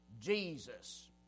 Jesus